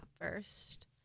first